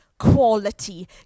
quality